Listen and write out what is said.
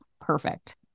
perfect